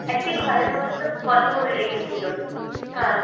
একটি ঘরের মধ্যে বদ্ধ করে রেখেছিল হ্যাঁ